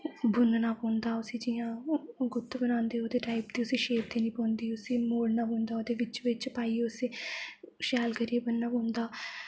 बुनना पौंदा उस्सी जियां गुत्त बनांदे ओह्दे टाइप दी फ्ही शेप देनी पौंदी उस्सी मोड़ना पौंदा बिच बिच पाइयै उस्सी शैल करियै बनना पौंदा